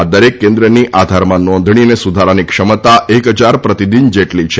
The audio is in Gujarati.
આ દરેક કેન્દ્રની આધારમાં નોંધણી અને સુધારાની ક્ષમતા એક હજાર પ્રતિદિન જેટલી છે